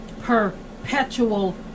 perpetual